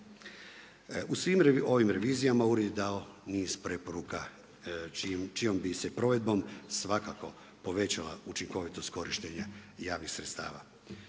U svim ovim revizijama ured je dao niz preporuka čijom bi se provedbom svakako povećala učinkovitost korištenja javnih sredstava.